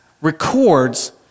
records